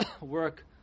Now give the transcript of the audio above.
work